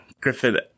Griffin